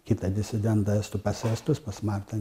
kitą disidentą estų pas estus pas martą